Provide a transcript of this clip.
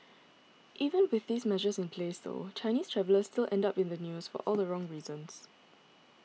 even with these measures in place though Chinese travellers still end up in the news for all the wrong reasons